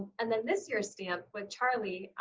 and then this year's stamp, with charlie,